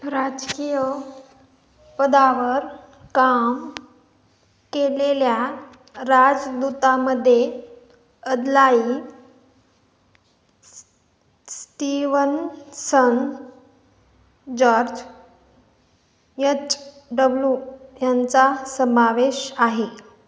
राजकीय पदावर काम केलेल्या राजदूतामध्ये Adlai Stevenson George H W यांचा समावेश आहे